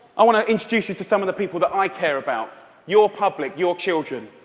i want to introduce you to some of the people that i care about your public, your children.